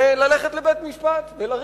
וללכת לבית-משפט ולריב.